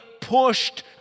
pushed